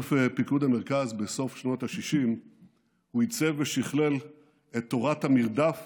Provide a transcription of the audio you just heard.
כאלוף פיקוד המרכז בסוף שנות השישים הוא עיצב ושכלל את תורת המרדף